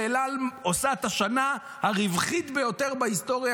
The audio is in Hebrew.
שאל על עושה את השנה הרווחית ביותר בהיסטוריה,